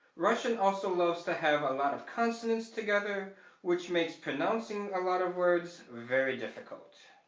russian also loves to have a lot of consonants together which makes pronouncing a lot of words very difficult.